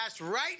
right